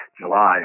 July